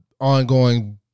ongoing